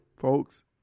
folks